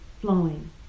flowing